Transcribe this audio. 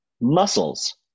muscles